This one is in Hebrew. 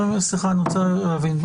אני רוצה להבין.